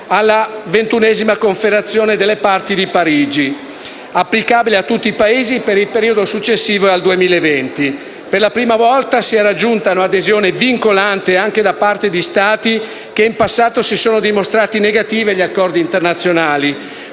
alla XXI Conferenza delle parti a Parigi, applicabile a tutti i Paesi per il periodo successivo al 2020. Per la prima volta si è raggiunta un'adesione vincolante anche da parte di Stati che in passato si sono dimostrati contrari agli accordi internazionali